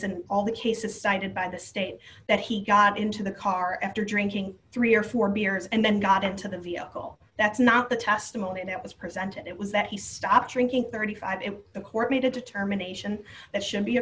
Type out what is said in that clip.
and all the cases cited by the state that he got into the car after drinking three or four beers and then got into the vehicle that's not the testimony that was presented it was that he stopped drinking thirty five and the court made a determination that should